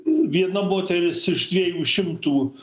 viena moteris iš dviejų šimtų